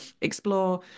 explore